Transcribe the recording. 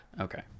Okay